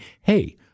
hey